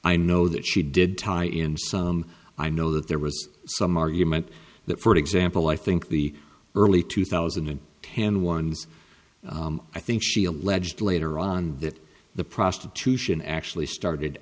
i know that she did tie in some i know that there was some argument that for example i think the early two thousand and ten ones i think she alleged later on that the prostitution actually started